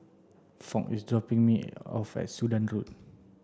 Foch is dropping me off at Sudan Road